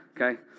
Okay